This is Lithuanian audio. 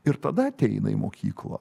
ir tada ateina į mokyklą